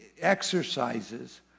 exercises